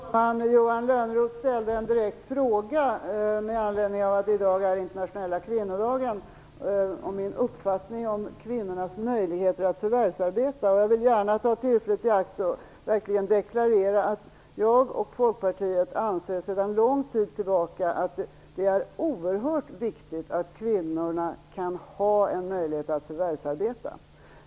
Fru talman! Johan Lönnroth ställde en direkt fråga, med anledning av att det i dag är internationella kvinnodagen, om min uppfattning om kvinnornas möjligheter att förvärvsarbeta. Jag vill gärna ta tillfället i akt och verkligen deklarera att jag och Folkpartiet anser, sedan lång tid tillbaka, att det är oerhört viktigt att kvinnorna kan ha möjlighet att förvärvsarbeta.